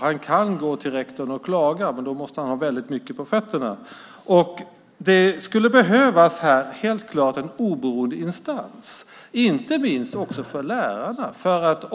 Han kan gå till rektorn och klaga, men då måste han ha väldigt mycket på fötterna. Här skulle det, helt klart, behövas en oberoende instans, inte minst för lärarna.